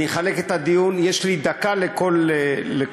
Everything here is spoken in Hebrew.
אני אחלק את הדיון, יש לי דקה לכל דבר.